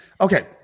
okay